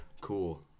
cool